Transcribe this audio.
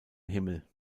himmel